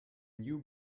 new